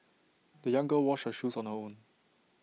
the young girl washed her shoes on her own